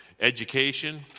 education